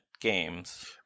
games